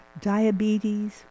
diabetes